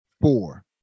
four